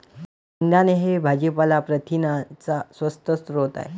शेंगदाणे हे भाजीपाला प्रथिनांचा स्वस्त स्रोत आहे